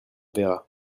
verra